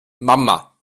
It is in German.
mama